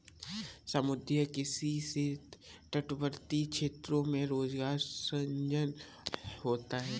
समुद्री किसी से तटवर्ती क्षेत्रों में रोजगार सृजन होता है